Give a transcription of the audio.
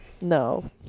No